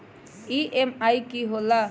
EMI की होला?